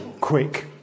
quick